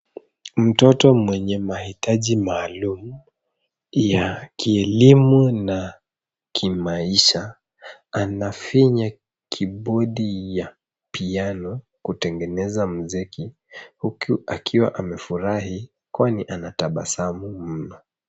Mtoto mwenye mahitaji maalum ya kielimu na kimaisha anafinya kibodi ya piano kutengeneza mziki huku akiwa amefurahi kwani anatabasamu mno.